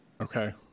Okay